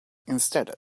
instead